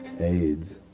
AIDS